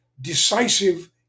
decisive